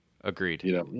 Agreed